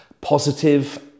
positive